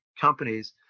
companies